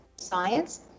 Science